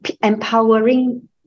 empowering